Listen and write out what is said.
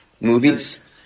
movies